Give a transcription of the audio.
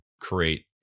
create